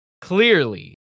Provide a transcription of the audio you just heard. clearly